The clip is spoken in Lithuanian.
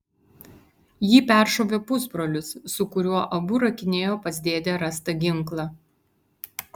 jį peršovė pusbrolis su kuriuo abu rakinėjo pas dėdę rastą ginklą